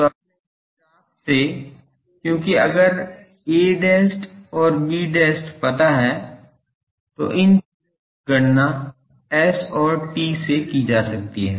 तो अपने इस ग्राफ से क्योंकि अगर a dashed और b dashed पता है तो इन चीजों की गणना s और t से की जा सकती है